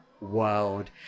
world